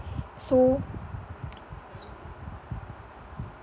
so